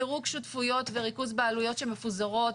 פירוק שותפויות וריכוז בעלויות שמפוזרות,